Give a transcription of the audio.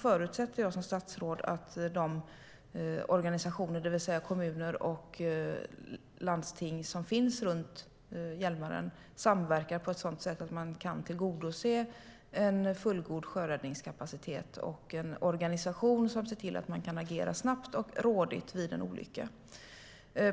förutsätter jag som statsråd att de kommuner och landsting som finns runt Hjälmaren samverkar på ett sådant sätt att man kan tillgodose en fullgod sjöräddningskapacitet och en organisation som ser till att man kan agera snabbt och rådigt vid en olycka.